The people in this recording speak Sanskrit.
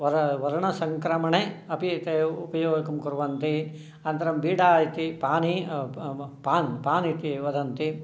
वर्णसङ्क्रमणे अपि ते उपयोगङ्कुर्वन्ति अनन्तरं बीडा इति पान् पान् पान् इति वदन्ति